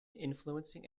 influencing